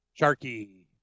Sharky